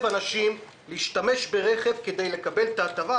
אנשים להשתמש ברכב כדי לקבל את ההטבה,